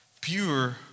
Pure